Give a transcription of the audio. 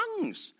tongues